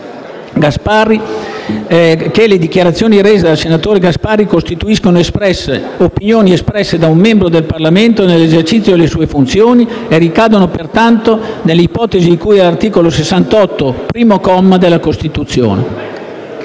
che le dichiarazioni rese dal senatore Maurizio Gasparri costituiscono opinioni espresse da un membro del Parlamento nell'esercizio delle sue funzioni e ricadono pertanto nell'ipotesi di cui all'articolo 68, primo comma, della Costituzione.